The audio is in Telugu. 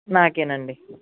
నాకేనండి